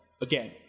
again